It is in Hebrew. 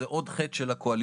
זה עוד חטא של הקואליציה.